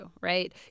Right